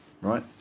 right